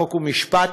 חוק ומשפט,